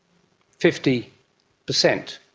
fifty percent.